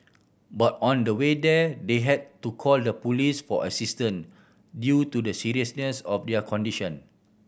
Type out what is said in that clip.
but on the way there they had to call the police for assistance due to the seriousness of their condition